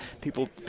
People